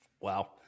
Wow